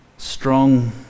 Strong